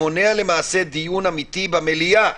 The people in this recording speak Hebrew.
מונע למעשה דיון אמיתי במליאה.